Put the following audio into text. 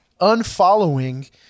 unfollowing